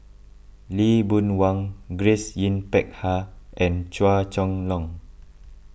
Lee Boon Wang Grace Yin Peck Ha and Chua Chong Long